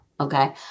Okay